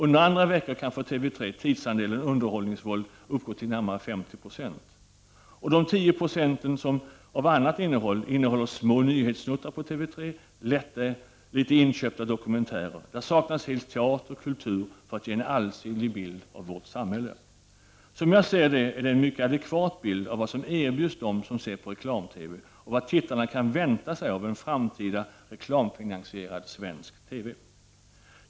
Under andra veckor kan för TV 3:s del tidsandelen underhållningsvåld uppgå till närmare 50 26. De 10 96 som är av annat innehåll består i TV 3 av små nyhetssnuttar och inköpta dokumentärer. Där saknas helt teater och kultur för att ge en allsidig bild av vårt samhälle. Som jag ser det är detta en mycket adekvat bild att vad som erbjuds dem som ser på reklam-TV och av vad tittarna kan förvänta sig av en framtida reklamfinansierad svensk TV.